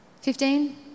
fifteen